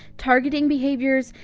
targeting behaviors,